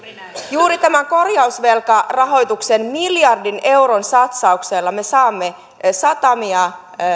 juuri tämän korjausvelkarahoituksen miljardin euron satsauksella me saamme satamia